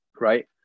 right